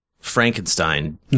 Frankenstein